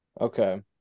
Okay